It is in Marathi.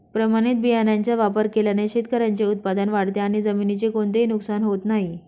प्रमाणित बियाण्यांचा वापर केल्याने शेतकऱ्याचे उत्पादन वाढते आणि जमिनीचे कोणतेही नुकसान होत नाही